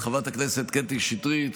את חברת הכנסת קטי שטרית,